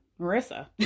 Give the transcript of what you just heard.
Marissa